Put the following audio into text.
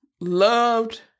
loved